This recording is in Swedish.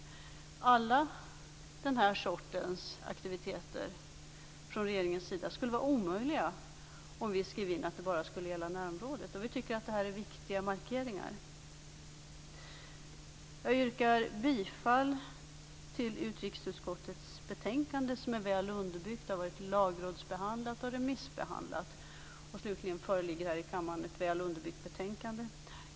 Alla den här sortens aktiviteter från regeringens sida skulle vara omöjliga om vi skrev in att detta bara skulle gälla närområdet, och vi tycker att det här är viktiga markeringar. Jag yrkar bifall till hemställan i utrikesutskottets betänkande som är väl underbyggt. Det har varit lagrådsbehandlat och remissbehandlat, och slutligen föreligger här i kammaren ett väl underbyggt betänkande.